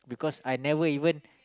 because I never even